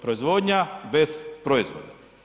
Proizvodnja bez proizvoda.